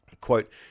Quote